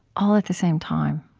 all at the same time